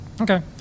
Okay